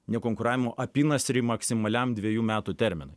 nekonkuravimo apynasrį maksimaliam dvejų metų terminui